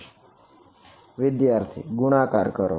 વિદ્યાર્થી વિદ્યાર્થી વડે ગુણાકાર કરો